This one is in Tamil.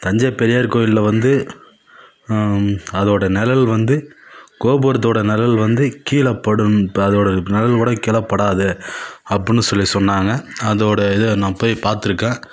தஞ்சை பெரியார் கோயிலில் வந்து அதோடய நிழல் வந்து கோபுரத்தோடய நிழல் வந்து கீழேப்படும் இப்போ அதோடய நிழல் கூட கீழேப்படாது அப்படின்னு சொல்லி சொன்னாங்க அதோடய இது நான் போய் பார்த்துருக்கேன்